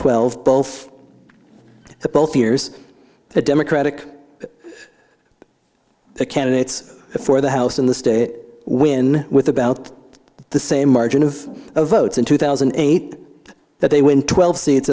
twelve both the both years the democratic candidates for the house in the state win with about the same margin of votes in two thousand and eight that they win twelve seat